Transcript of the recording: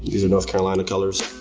these are north carolina colors. i